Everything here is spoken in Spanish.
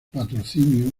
patrocinio